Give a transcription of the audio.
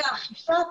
ואכיפה,